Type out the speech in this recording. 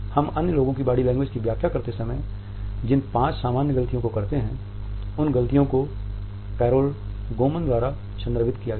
हम अन्य लोगों की बॉडी लैंग्वेज की व्याख्या करते समय जिन पांच सामान्य ग़लतियों करते हैं उन ग़लतियों को कैरोल गोमन द्वारा संदर्भित किया गया है